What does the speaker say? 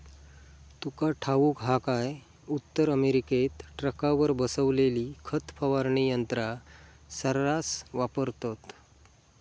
तुका ठाऊक हा काय, उत्तर अमेरिकेत ट्रकावर बसवलेली खत फवारणी यंत्रा सऱ्हास वापरतत